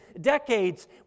decades